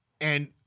and-